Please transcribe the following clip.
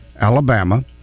Alabama